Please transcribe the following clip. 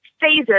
phases